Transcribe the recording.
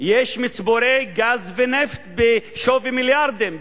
יש מצבורי גז ונפט בשווי מיליארדים,